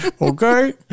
okay